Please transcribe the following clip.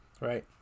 Right